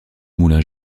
moulin